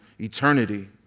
eternity